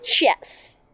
Yes